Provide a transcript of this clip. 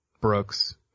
Brooks